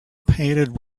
painted